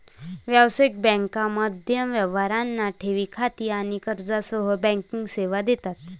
व्यावसायिक बँका मध्यम व्यवसायांना ठेवी खाती आणि कर्जासह बँकिंग सेवा देतात